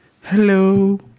hello